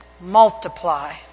multiply